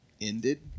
ended